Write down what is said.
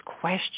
question